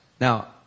Now